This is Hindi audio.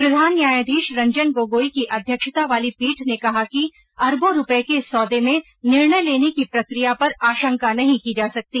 प्रधान न्यायाधीश रंजन गोगोई की अध्यक्षता वाली पीठ ने कहा कि अरबों रूपये के इस सौदे में निर्णय लेने की प्रक्रिया पर आशंका नहीं की जा सकती